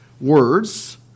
words